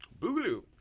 Boogaloo